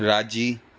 राज़ी